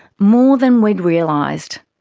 more than we'd realised.